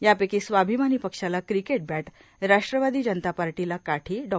यापैकी स्वाभिमानी पक्षाला क्रिकेट बॅट राष्ट्रवादी जनता पार्टीला काठी डॉ